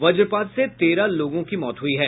वज्रपात से तेरह लोगों की मौत हुई है